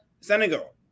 Senegal